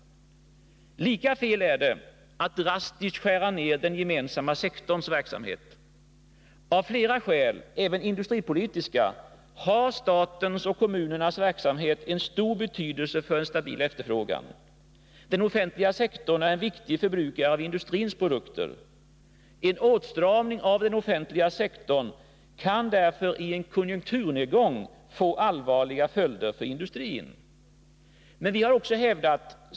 Lika fel är det att drastiskt skära ned den gemensamma sektorns verksamhet. Av flera skäl — även industripolitiska — har statens och kommunernas verksamhet stor betydelse för en stabil efterfrågan. Den offentliga sektorn är en viktig förbrukare av industrins produkter. En åtstramning av den offentliga verksamheten kan därför i en konjunkturnedgång få allvarliga följder för industrin.